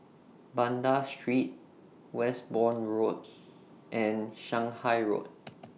Banda Street Westbourne Road and Shanghai Road